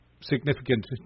significant